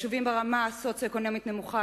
תושבים הגרים ביישובים ברמה סוציו-אקונומית נמוכה,